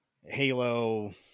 Halo